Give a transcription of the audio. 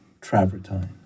travertine